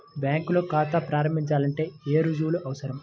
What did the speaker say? బ్యాంకులో ఖాతా ప్రారంభించాలంటే ఏ రుజువులు అవసరం?